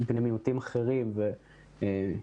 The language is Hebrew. בני מיעוטים אחרים וכו'.